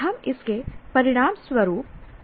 हम इसके परिणामस्वरूप कुछ गतिविधि करते हैं